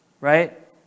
Right